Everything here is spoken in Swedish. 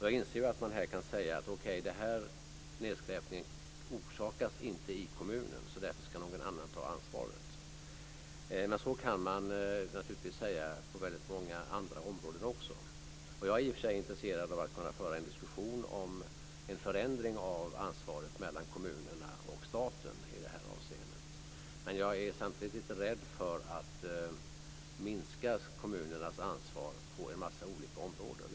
Jag inser att man här kan säga att nedskräpningen inte orsakas i kommunen och att någon annan därför ska ta ansvaret. Så kan man naturligtvis också säga på väldigt många andra områden. Jag är i och för sig intresserad av att kunna föra en diskussion om en förändring av ansvaret mellan kommunerna och staten i det här avseendet. Men jag är samtidigt rädd för att kommunernas ansvar minskas på en mängd olika områden.